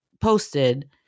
posted